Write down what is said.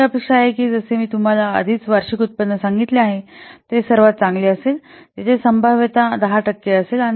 अशी अपेक्षा आहे की जसे की मी तुम्हाला आधीच वार्षिक उत्पन्न सांगितले आहे ते सर्वात चांगले असेल 800000 जेथे संभाव्यता 10 टक्के असेल